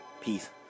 Peace